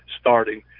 starting